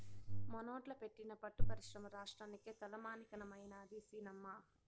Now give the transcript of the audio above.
మనోట్ల పెట్టిన పట్టు పరిశ్రమ రాష్ట్రానికే తలమానికమైనాది సినమ్మా